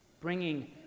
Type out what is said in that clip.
bringing